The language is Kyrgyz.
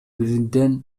бирден